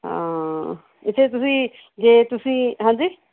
ਹਾਂ ਇੱਥੇ ਤੁਸੀਂ ਜੇ ਤੁਸੀਂ ਹਾਂਜੀ